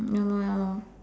ya lor ya lor